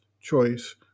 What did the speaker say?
choice